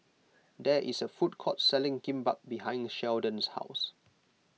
there is a food court selling Kimbap behind the Sheldon's house